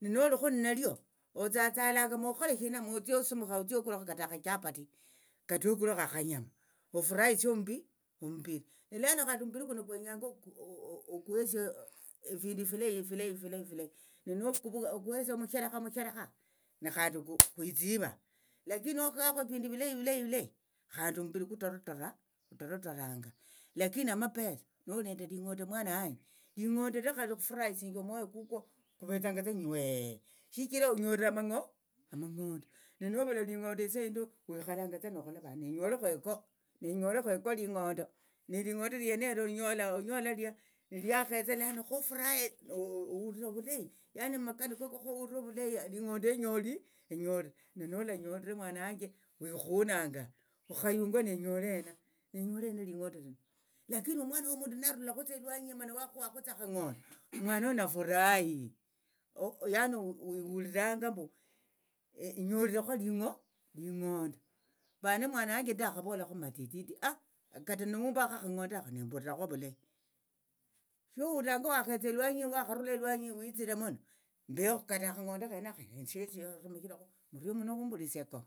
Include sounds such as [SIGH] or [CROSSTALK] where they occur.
ninolikho nalio otsatsalanga mokhola shina otsia osumukha okulakho kata akhachapati kata okulekho akhanyama ofurahisie omumbi omumbiri ni lano khandi omumbiri kuno kwenyanga okuhesie efindu efileyi efilayi efilayi nonokukesia omusherekha omusherekha nekhandi kwitsiva lakini nokuhakho evindu evilayi evilayi khandi omumbiri kutoratora kutoratoranga lakini amapesa noli nende ling'ondo mwana wanje ling'ondo likha likhufurahisinjia omwoyo kukwo kuvetsangatsa nywee shichira onyolere amango amang'ondo ninovula ling'ondo esa yindi wikhalangatsa novola vane nenyolekho heko nenyolekho heko ling'ondo neling'ondo lienelo onyola liakhetsa lano khufuraye ohulira ovulayi lano mumakani koko khohulire ovulayi ling'ondo enyoli enyolire nenolanyolere mwana wanje wekhunanga okhayungwa nenyole hena nenyole ling'ondo lakini omwana womundu narulakhutsa elwanyi eyi mana wakhuhakhotsa akhang'ondo mwana onafurayi yani wihuliranga mbu enyolire ling'ondo vane mwana wanje ndahavolakho matititi [HESITATION] kata nihumbakho akhang'ondo akha nembulirakho ovulayi shohulirangabwakhetsa elwanyi eyi wakharula elwanyi eyi witsire muno mbekhu kata akhang'ondo khenakha khandi shesi erumishirekhu orio muno okhumbulirisia ko.